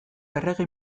errege